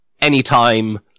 Anytime